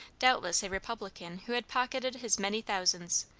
doubtless a republican who had pocketed his many thousands,